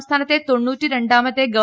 സംസ്ഥാനത്തെ തൊണ്ണൂറ്റി രണ്ടാമത്തെ ഗവ